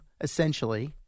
essentially